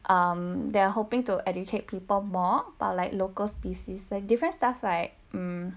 um they are hoping to educate people more but like local species and different stuff like mm